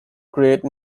create